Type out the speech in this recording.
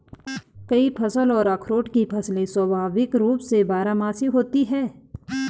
कई फल और अखरोट की फसलें स्वाभाविक रूप से बारहमासी होती हैं